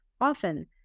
often